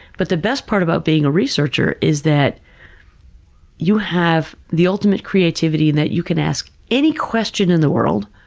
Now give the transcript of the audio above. but the best part about being a researcher is that you have the ultimate creativity in that you can ask any question in the world,